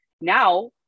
now